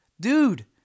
Dude